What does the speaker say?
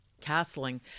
Castling